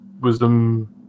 wisdom